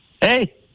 Hey